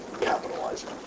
capitalizing